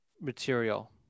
material